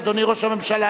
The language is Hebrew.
אדוני ראש הממשלה,